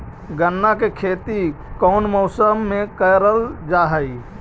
गन्ना के खेती कोउन मौसम मे करल जा हई?